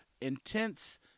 intense